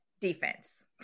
defense